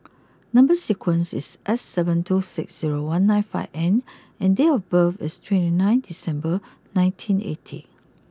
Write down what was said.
number sequence is S seven two six zero one nine five N and date of birth is twenty nine December nineteen eighty